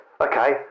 Okay